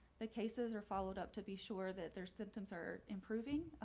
the cases are followed up to be sure that their symptoms are improving,